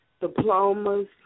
diplomas